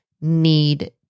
need